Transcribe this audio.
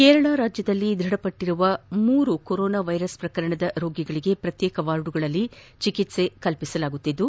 ಕೇರಳದಲ್ಲಿ ದ್ವಢಪಟ್ಟರುವ ಮೂರು ಕೊರೋನಾ ವೈರಸ್ ಪ್ರಕರಣದ ರೋಗಿಗಳಿಗೆ ಪ್ರತ್ಯೇಕ ವಾರ್ಡ್ಗಳಲ್ಲಿ ಚಿಕಿತ್ವೆ ಕಲ್ಪಿಸಲಾಗುತ್ತಿದ್ದು